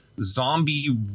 zombie